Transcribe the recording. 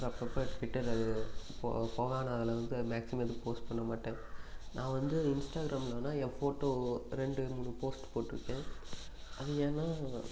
அப்புறம் அப்பப்போ ட்விட்டரு போ போனால் அதில் வந்து மேக்சிமம் எதுவும் போஸ்ட் பண்ண மாட்டேன் நான் வந்து இன்ஸ்டாகிராமில் ஆனால் என் ஃபோட்டோ ரெண்டு மூணு போஸ்ட்டு போட்டிருக்கேன் அது ஏன்னால்